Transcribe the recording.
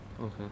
Okay